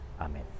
Amen